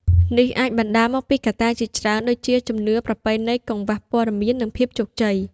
នេះអាចបណ្តាលមកពីកត្តាជាច្រើនដូចជា ជំនឿប្រពៃណី កង្វះព័ត៌មាន និងភាពជោគជ័យ។